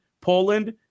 Poland